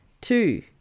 Two